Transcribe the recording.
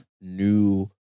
new